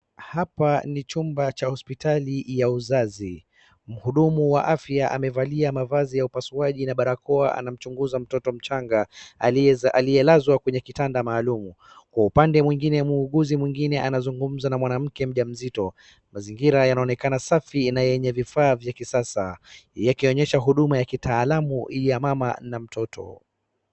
Hapa ni chumba cha hospitali ya uzazi. Mhudumu wa afya amevalia mavazi ya upasuaji na barakoa anamchunguuza mtoto mchanga aliyelazwa kwenye kitanda maalum. Kwa upande mwingine muuguzi mwingine anazungumza na mwanamke mjamzito. Mazingira yanaonekana safi na yenye vifaa vya kisasa, yakionyesha huduma ya kitaalamu ya mama na mtoto.